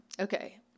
Okay